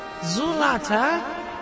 Zulata